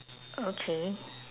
okay